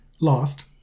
lost